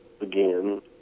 Again